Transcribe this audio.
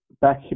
back